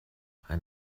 ein